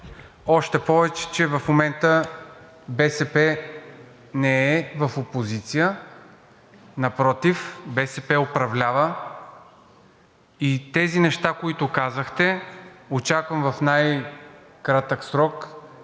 още повече в момента БСП не е в опозиция. Напротив, БСП управлява и тези неща, които казахте, очаквам в най-кратък срок Вашата